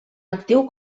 actiu